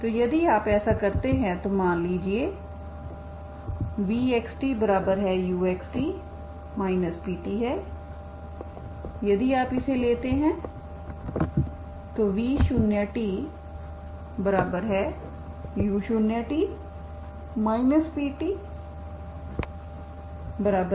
तो यदि आप ऐसा करते हैं तो मान लीजिए vxtuxt p है यदि आप इसे लेते हैं तो v0tu0t ptpt pt0 है